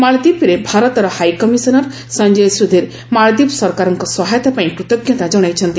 ମାଳଦ୍ୱୀପରେ ଭାରତର ହାଇକମିଶନର ସଞ୍ଜୟ ସୁଧୀର ମାଳଦ୍ୱୀପ ସରକାରଙ୍କ ସହାୟତା ପାଇଁ କୃତଞ୍ଜତା ଜଣାଇଛନ୍ତି